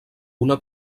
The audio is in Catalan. una